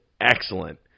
excellent